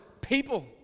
people